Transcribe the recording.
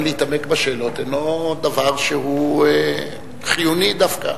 להתעמק בשאלות אינו דבר שהוא חיוני דווקא.